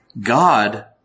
God